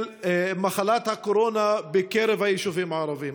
מחלת הקורונה בקרב היישובים הערביים.